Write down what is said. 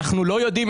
אנחנו לא יודעים,